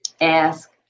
Ask